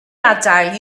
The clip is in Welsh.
adael